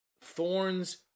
thorns